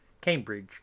Cambridge